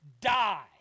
die